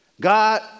God